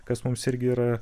kas mums irgi yra